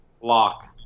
Lock